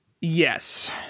Yes